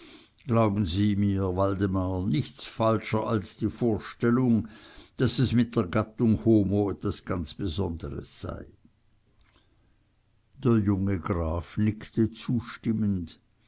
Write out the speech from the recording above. glauben sie mir waldemar nichts falscher als die vorstellung daß es mit der gattung homo was ganz besonderes sei der junge graf nickte zustimmend